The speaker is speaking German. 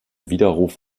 widerruf